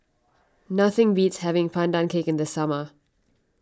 nothing beats having Pandan Cake in the summer